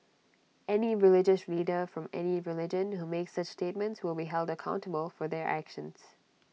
any religious leader from any religion who makes such statements will be held accountable for their actions